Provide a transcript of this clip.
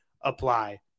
apply